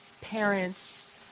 parents